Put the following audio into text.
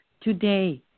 Today